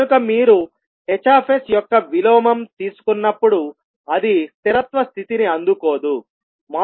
కనుక మీరు H యొక్క విలోమం తీసుకున్నప్పుడు అది స్థిరత్వ స్థితిని అందుకోదుhtfinite